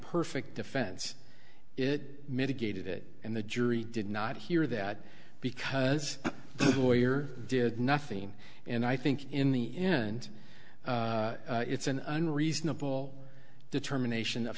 perfect defense it mitigated it and the jury did not hear that because the lawyer did nothing and i think in the end it's an unreasonable determination of